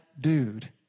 dude